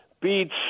beats